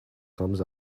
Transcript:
comes